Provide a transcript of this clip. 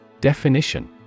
Definition